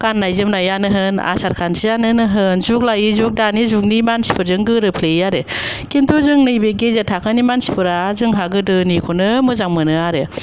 गाननाय जोमनायानो होन आसार खान्थियानोनो होन जुग लायै जुग दानि जुगनि मानसिफोरजों गोरोबफ्लेयो आरो खिन्थु जों नैबे गेजेर थाखोनि मानसिफोरा जोंहा गोदोनिखौनो मोजां मोनो आरो